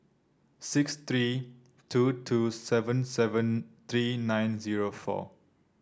six three two two seven seven three nine zero four